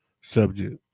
subject